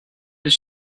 does